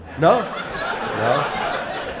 No